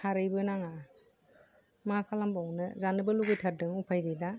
खारैबो नाङा मा खालामबावनो जानोबो लुबैथारदों उफाय गैला